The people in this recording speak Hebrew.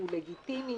והוא לגיטימי,